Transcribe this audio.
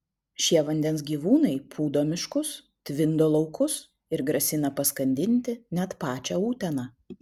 šie vandens gyvūnai pūdo miškus tvindo laukus ir grasina paskandinti net pačią uteną